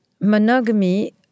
monogamy